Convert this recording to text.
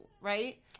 right